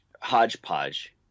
hodgepodge